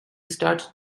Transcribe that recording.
started